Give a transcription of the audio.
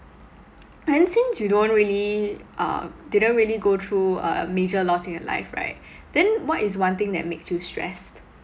then since you don't really uh didn't really go through a major loss in your life right then what is one thing that makes you stressed